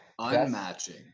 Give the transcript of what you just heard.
unmatching